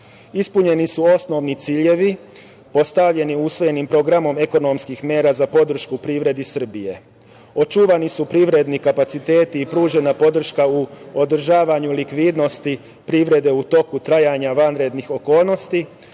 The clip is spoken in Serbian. Ispunjeni su osnovni ciljevi postavljeni usvojenim programom ekonomskih mera za podršku privredi Srbije. Očuvani su privredni kapaciteti i pružena podrška u održavanju likvidnosti privrede u toku trajanje vanrednih okolnosti.